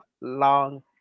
long